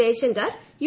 Jaishankar U